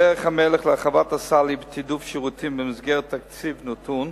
דרך המלך להרחבת הסל היא בתעדוף שירותים במסגרת תקציב נתון,